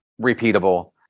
repeatable